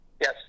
Yes